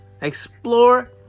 Explore